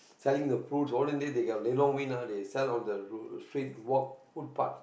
selling the fruit olden days they got lelong mean ah they sell on the street walk food park